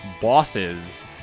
bosses